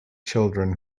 children